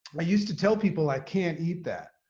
i used to tell people i can't eat that.